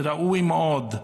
ראוי מאוד.